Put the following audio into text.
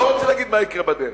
לא רוצה להגיד מה יקרה בדרך,